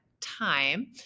time